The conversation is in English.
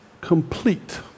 complete